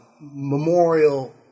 memorial